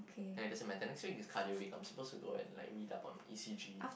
ya it doesn't matter next week is cardio week I'm supposed to go and like read up on E_C_G